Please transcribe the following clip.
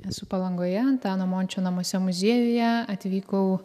esu palangoje antano mončio namuose muziejuje atvykau